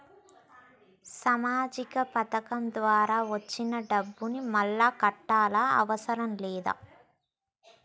సామాజిక పథకం ద్వారా వచ్చిన డబ్బును మళ్ళా కట్టాలా అవసరం లేదా?